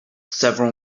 several